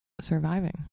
surviving